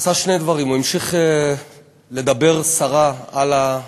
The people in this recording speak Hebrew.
ועשה שני דברים: הוא המשיך לדבר סרה בחייל,